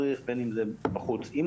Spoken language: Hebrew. בין אם זה בחוץ ללא מדריך,